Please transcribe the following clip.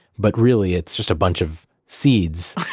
but really it's just a bunch of seeds